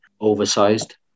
oversized